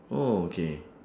oh okay